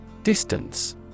Distance